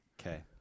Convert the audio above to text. Okay